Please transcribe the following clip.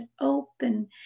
open